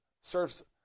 serves